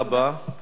תודה רבה.